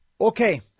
Okay